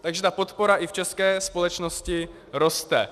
Takže ta podpora i v české společnosti roste.